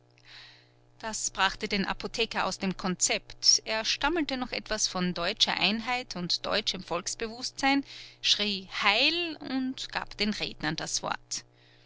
das brachte den apotheker aus dem konzept er stammelte noch etwas von deutscher einheit und deutschem volksbewußtsein schrie heil und gab den rednern das wort